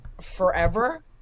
forever